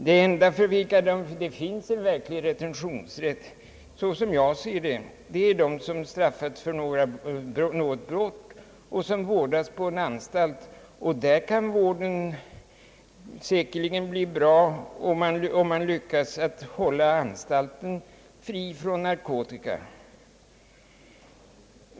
De enda för vilka det finns en verklig retentionsrätt, så som jag ser det, är de människor som straffats för något brott och vårdas på en anstalt. Och där kan vården säkerligen bli bra om man lyckas hålla anstalten fri från narkotika.